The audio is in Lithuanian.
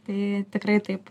tai tikrai taip